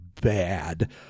bad